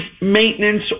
maintenance